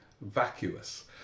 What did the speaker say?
vacuous